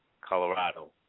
Colorado